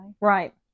Right